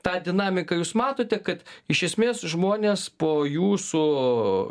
tą dinamiką jūs matote kad iš esmės žmonės po jūsų